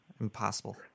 impossible